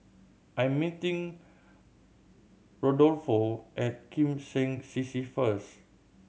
I'm meeting Rodolfo at Kim Seng C C first